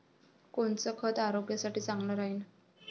कोनचं खत आरोग्यासाठी चांगलं राहीन?